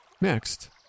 Next